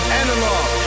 analog